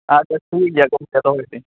ᱟᱪᱪᱷᱟ ᱴᱷᱤᱠ ᱜᱮᱭᱟ ᱴᱷᱤᱠ ᱜᱮᱭᱟ ᱫᱚᱦᱚᱭᱮᱫᱟᱹᱧ